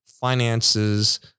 finances